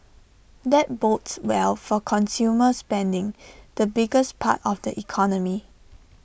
that bodes well for consumer spending the biggest part of the economy